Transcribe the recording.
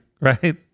right